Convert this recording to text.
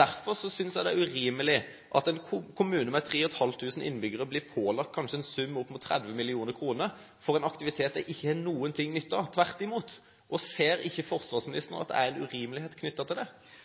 Derfor synes jeg det er urimelig at en kommune med 3 500 innbyggere blir pålagt en sum på kanskje opp mot 30 mill. kr for en aktivitet de ikke har noen nytte av – tvert imot. Ser ikke forsvarsministeren at det er en urimelighet knyttet til det?